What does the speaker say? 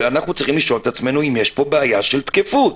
ואנחנו צריכים לשאול את עצמנו אם יש פה בעיה של תקפות.